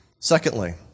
Secondly